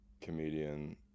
comedian